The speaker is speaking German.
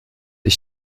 ich